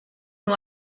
nur